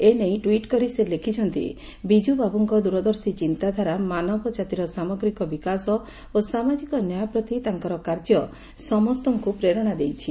ଏ ନେଇ ଟୁଇଟ୍ କରି ସେ ଲେଖ୍ ବାବୁଙ୍କ ଦ୍ରଦର୍ଶୀ ଚିନ୍ତାଧାରା ମାନବ ଜାତିର ସାମଗ୍ରୀକ ବିକାଶ ଓ ସାମାଜିକ ନ୍ୟାୟ ପ୍ରତି ତାଙ୍କର କାର୍ଯ୍ୟ ସମସ୍ତଙ୍କୁ ପ୍ରେରଣା ଦେଇଛି